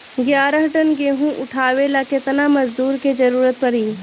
ग्यारह टन गेहूं उठावेला केतना मजदूर के जरुरत पूरी?